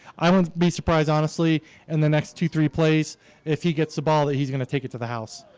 i wouldn't be surprised honestly in and the next two three plays if he gets the ball that he's gonna take it to the house